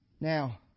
Now